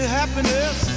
happiness